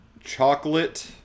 chocolate